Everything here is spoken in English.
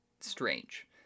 strange